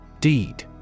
Deed